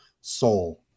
soul